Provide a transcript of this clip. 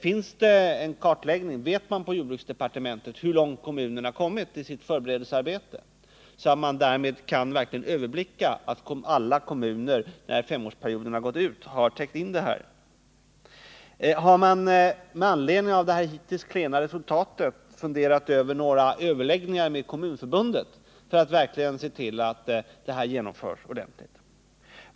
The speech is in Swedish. Finns det en kartläggning? Vet man på jordbruksdepartementet hur långt kommunerna kommit i sitt förberedelsearbete, så att man därmed kan överblicka att alla kommuner, när femårsperioden gått ut, har täckt in det här? Har man med anledning av det hittills klena resultat funderat på att inleda överläggningar med Kommunförbundet för att se till att detta genomförs ordentligt?